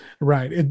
right